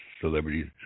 celebrities